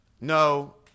no